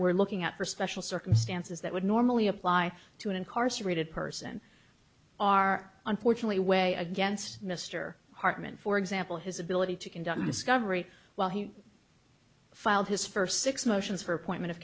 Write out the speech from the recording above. we're looking at for special circumstances that would normally apply to an incarcerated person are unfortunately way against mr hartman for example his ability to conduct discovery while he filed his first six motions for appointment of